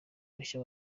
mushya